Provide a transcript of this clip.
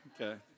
Okay